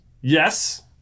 Yes